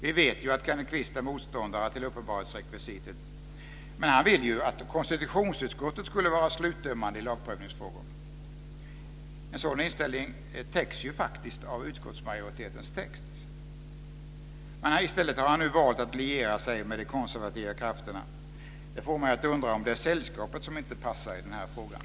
Vi vet ju att Kenneth Kvist är motståndare till uppenbarhetsrekvisitet, men han vill ju att konstitutionsutskottet ska vara slutdömande i lagprövningsfrågor. En sådan inställning täcks ju faktiskt av utskottsmajoritetens text. I stället har han nu valt att liera sig med de konservativa krafterna. Det får mig att undra om det är sällskapet som inte passar i den här frågan.